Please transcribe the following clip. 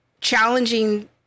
challenging